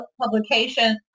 publication